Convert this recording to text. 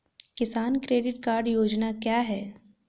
किसान credit card योजना क्या है?